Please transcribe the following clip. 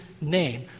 name